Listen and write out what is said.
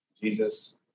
Jesus